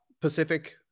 pacific